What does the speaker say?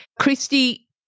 Christy